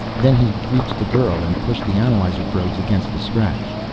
then he reached the girl and pushed the analyzer probes against the scratch.